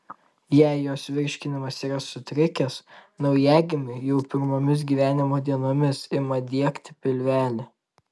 jei jos virškinimas yra sutrikęs naujagimiui jau pirmomis gyvenimo dienomis ima diegti pilvelį